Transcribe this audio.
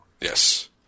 Yes